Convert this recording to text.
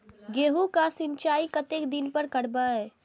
गेहूं का सीचाई कतेक दिन पर करबे?